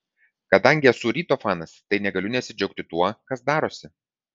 kadangi esu ryto fanas tai negaliu nesidžiaugti tuo kas darosi